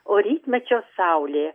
o rytmečio saulė